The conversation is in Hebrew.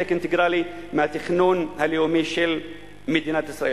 חלק אינטגרלי מהתכנון הלאומי של מדינת ישראל.